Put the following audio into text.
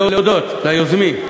אני רוצה להודות ליוזמים,